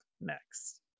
next